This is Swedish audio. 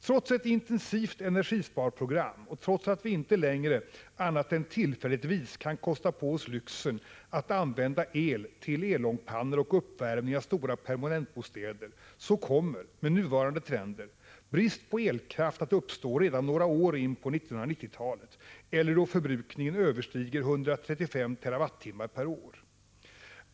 Trots ett intensivt energisparprogram och trots att vi inte längre annat än tillfälligtvis kan kosta på oss lyxen att använda el till elångpannor och uppvärmning av stora permanentbostäder kommer — med nuvarande trender — brist på elkraft att uppstå redan några år in på 1990-talet, eller då förbrukningen överstiger 135 TWh per år.